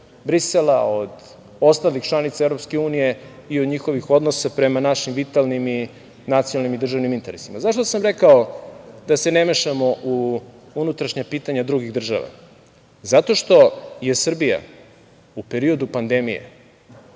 od ostalih članica EU i od njihovih odnosa prema našim vitalnim i nacionalnim i državnim interesima.Zašto sam rekao da se ne mešamo u unutrašnja pitanja drugih država? Zato što je Srbija u periodu pandemije